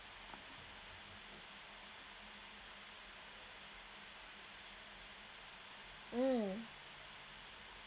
mm